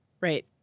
right